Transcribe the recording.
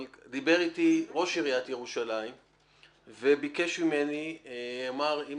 אבל דיבר אתי ראש עיריית ירושלים ואמר שאם